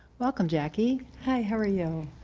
welcome jackie. hi, how are you.